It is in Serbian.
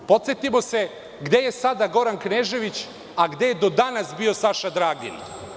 Podsetimo se gde je sada Goran Knežević, a gde je do danas bio Saša Dragin.